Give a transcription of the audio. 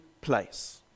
place